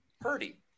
purdy